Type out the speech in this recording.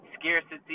scarcity